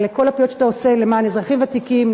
על כל הפעולות שאתה עושה למען אזרחים ותיקים,